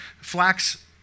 flax